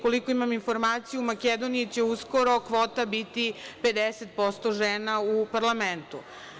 Koliko imam informaciju, u Makedoniji će uskori kvota biti 50% žena u parlamentu.